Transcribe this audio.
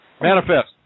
Manifest